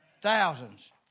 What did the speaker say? Thousands